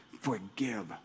forgive